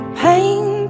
pain